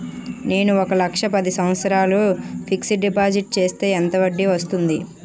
నేను ఒక లక్ష పది సంవత్సారాలు ఫిక్సడ్ డిపాజిట్ చేస్తే ఎంత వడ్డీ వస్తుంది?